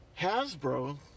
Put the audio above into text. Hasbro